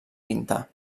pintar